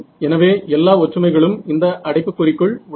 எனவே எல்லா ஒற்றுமைகளும் இந்த அடைப்புக்குறிக்குள் உள்ளன